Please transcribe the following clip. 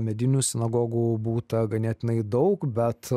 medinių sinagogų būta ganėtinai daug bet